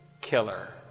killer